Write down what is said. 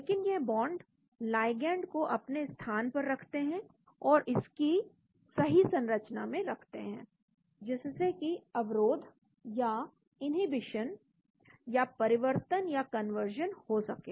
लेकिन यह bond ligand को अपने स्थान पर रखते हैं और इसको सही संरचना में रखते हैं जिससे कि अवरोध या इन्हींविशन या परिवर्तन या कन्वर्जन हो सके